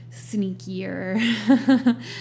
sneakier